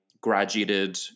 graduated